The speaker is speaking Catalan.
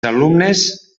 alumnes